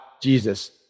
Jesus